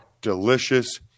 Delicious